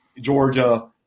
Georgia